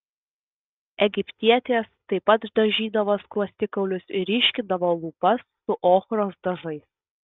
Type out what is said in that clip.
egiptietės taip pat dažydavo skruostikaulius ir ryškindavo lūpas su ochros dažais